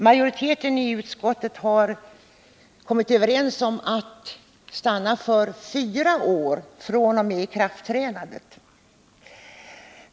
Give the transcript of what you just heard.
Majoriteten i utskottet har kommit överens om att stanna för en övergångstid på fyra år fr.o.m. ikraftträdandet.